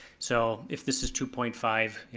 so if this is two point five,